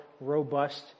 robust